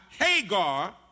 Hagar